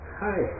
hi